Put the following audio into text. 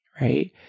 right